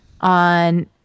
on